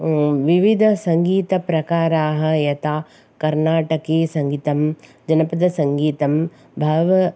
विविदसङ्गीतप्रकाराः यता कर्णाटकसङ्गीतं जनपदसङ्गीतं भाव